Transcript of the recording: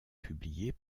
publiés